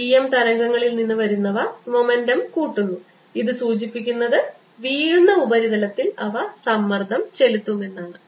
E m തരംഗങ്ങളിൽ നിന്ന് വരുന്നവ മൊമെൻ്റം കൂട്ടുന്നു ഇത് സൂചിപ്പിക്കുന്നത് വീഴുന്ന ഉപരിതലത്തിൽ അവ സമ്മർദ്ദം ചെലുത്തുമെന്നാണ്